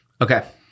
Okay